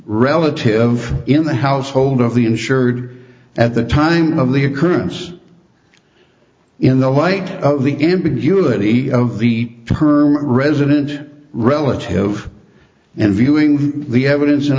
relative in the household of the insured at the time of the occurrence in the light of the ambiguity of the term resident relative and viewing the evidence